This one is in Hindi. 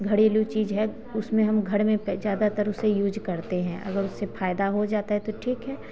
घरेलू चीज़ है उसमें हम घर में ज़्यादातर उसे यूज करते हैं अगर उससे फ़ायदा हो जाता है तो ठीक है